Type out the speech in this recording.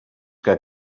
que